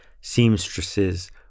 seamstresses